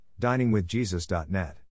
diningwithjesus.net